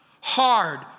Hard